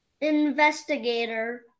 Investigator